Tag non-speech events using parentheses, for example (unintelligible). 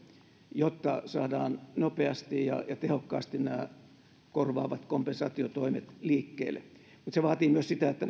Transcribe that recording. jotta saadaan nopeasti ja tehokkaasti nämä korvaavat kompensaatiotoimet liikkeelle mutta se vaatii myös sitä että (unintelligible)